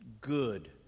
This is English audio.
good